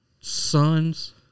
sons